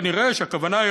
כנראה הכוונה,